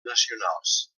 nacionals